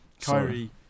Kyrie